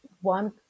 one